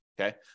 Okay